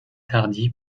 tardy